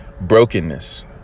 brokenness